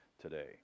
today